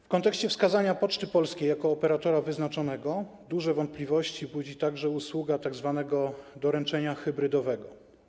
W kontekście wskazania Poczty Polskiej jako operatora wyznaczonego duże wątpliwości budzi także usługa tzw. doręczenia hybrydowego.